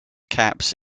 caps